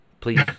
please